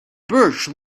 birch